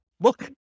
look